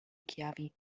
chiavi